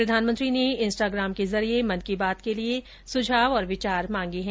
प्रधानमंत्री ने इंस्टाग्राम के जरिये मन की बात के लिए सुझाव और विचार मांगे हैं